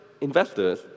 investors